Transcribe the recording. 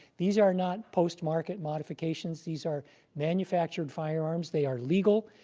these are not post-market modifications. these are manufactured firearms. they are legal.